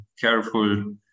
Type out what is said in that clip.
careful